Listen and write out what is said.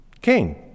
Cain